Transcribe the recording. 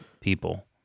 people